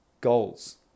goals